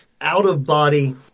out-of-body